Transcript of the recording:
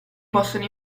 possono